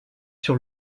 sur